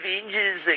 Avengers